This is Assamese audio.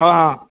অঁ অঁ